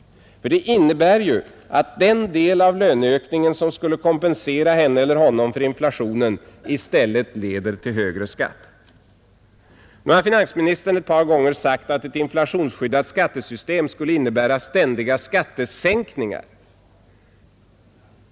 Det innebär ju att den del av löneökningen som skulle kompensera henne eller honom för inflationen i stället leder till högre skatt. Nu har finansministern ett par gånger sagt att ett inflationsskyddat skattesystem skulle innebära ständiga skattesänkningar.